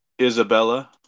Isabella